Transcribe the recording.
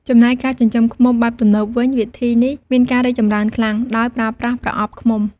ចំណែកការចិញ្ចឹមឃ្មុំបែបទំនើបវិញ វិធីនេះមានការរីកចម្រើនខ្លាំង ដោយប្រើប្រាស់ប្រអប់ឃ្មុំ។